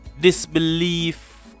disbelief